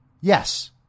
Yes